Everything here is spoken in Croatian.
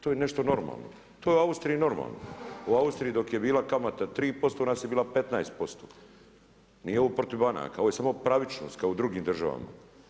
To je nešto normalno, to je u Austriji normalno, u Austriji dok je bila kamata 3%, u nas je bila 15%. nije ovo protiv banaka, ovo je samo pravičnost kao u drugim državama.